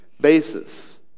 basis